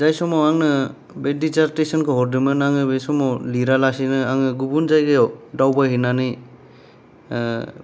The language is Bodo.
जाय समाव आंनो बै डिजार्टेसनखौ हरदोंमोन आङो बै समाव लिरालासिनो आङो गुबुन जायगायाव दावबायहैनानै